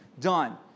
Done